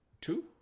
two